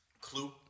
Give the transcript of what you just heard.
Clue